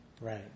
Right